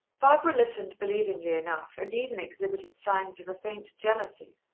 barbara listened believingly enough, and even exhibited signs of a faint jealousy,